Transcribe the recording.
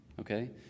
okay